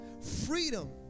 Freedom